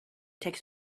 takes